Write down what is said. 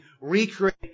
recreate